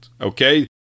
okay